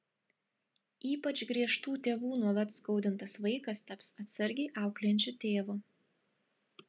ypač griežtų tėvų nuolat skaudintas vaikas taps atsargiai auklėjančiu tėvu